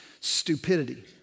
stupidity